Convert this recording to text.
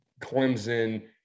Clemson